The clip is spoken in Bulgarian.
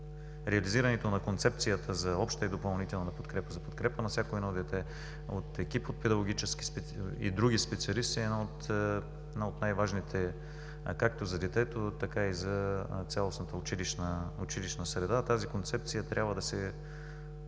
реализирането на концепцията за обща и допълнителна подкрепа за подкрепа на всяко едно дете от екип от педагогически и други специалисти е една от най-важните – както за детето, така и за цялостната училищна среда. Тази концепция трябва да се